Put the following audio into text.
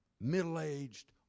middle-aged